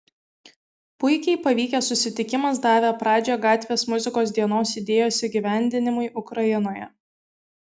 puikiai pavykęs susitikimas davė pradžią gatvės muzikos dienos idėjos įgyvendinimui ukrainoje